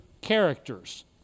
characters